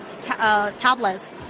tablets